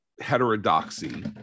heterodoxy